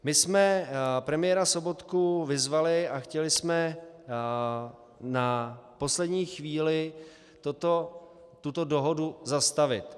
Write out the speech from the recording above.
My jsme premiéra Sobotku vyzvali a chtěli jsme na poslední chvíli tuto dohodu zastavit.